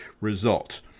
result